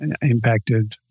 impacted